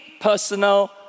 personal